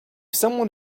someone